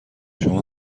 شما